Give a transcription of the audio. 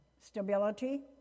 stability